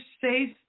safe